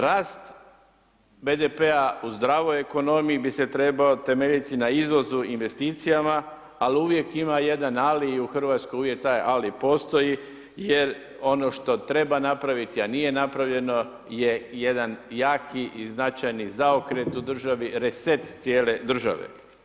Rast BDP-a u zdravoj ekonomiji bi se trebao temeljiti na izvozu i investicijama, ali uvijek ima jedan ali, i u Hrvatskoj uvijek taj ali postoji, jer ono što treba napraviti, a nije napravljeno je jedan jaki i značajni zaokret u državi, reset cijele države.